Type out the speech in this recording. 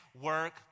work